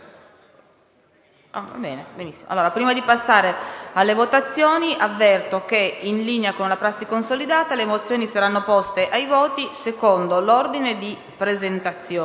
Prima di passare alla votazione, avverto che, in linea con una prassi consolidata, le mozioni saranno poste ai voti secondo l'ordine di presentazione.